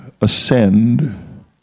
ascend